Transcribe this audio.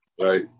Right